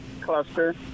cluster